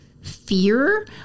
fear